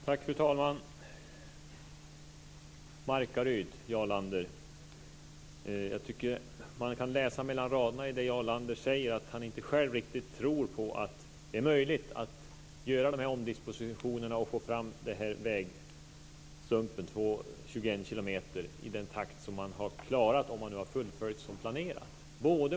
Fru talman! Först det här med Markaryd, Jarl Lander. Jag tycker att man kan läsa mellan raderna i det Jarl Lander säger att han inte själv riktigt tror att det är möjligt att göra de här omdispositionerna och få fram den här vägstumpen, 21 kilometer, i den takt som hade klarats om man hade fullföljt som planerat.